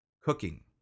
cooking